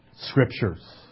scriptures